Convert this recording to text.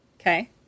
Okay